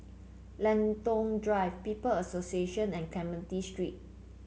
Lentor Drive People's Association and Clementi Street